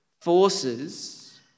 forces